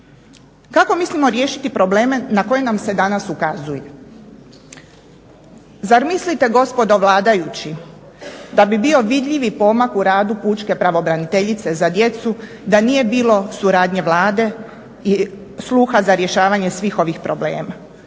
Kako mislimo riješiti probleme na koje nam se danas ukazuje? Zar mislite gospodo vladajući da bi bio vidljivi pomak u radu pučke pravobraniteljice za djecu da nije bilo suradnje Vlade i sluha za rješavanje svih ovih problema?